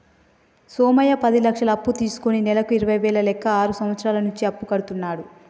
సోమయ్య పది లక్షలు అప్పు తీసుకుని నెలకు ఇరవై వేల లెక్క ఆరు సంవత్సరాల నుంచి అప్పు కడుతున్నాడు